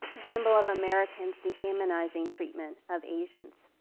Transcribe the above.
a symbol of americans dehumanizing treatment of asians.